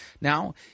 Now